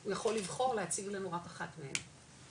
הוא יכול לבחור להציג לנו רק אחת מהן,